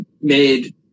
made